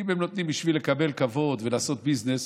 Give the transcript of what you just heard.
אם הם נותנים בשביל לקבל כבוד ולעשות ביזנס,